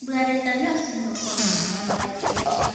mbiaretañoa sino kua mimba paraete reta vi.